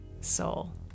soul